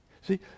See